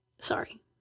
Sorry